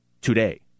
today